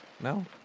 No